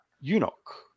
eunuch